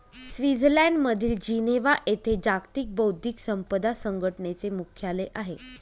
स्वित्झर्लंडमधील जिनेव्हा येथे जागतिक बौद्धिक संपदा संघटनेचे मुख्यालय आहे